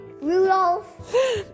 Rudolph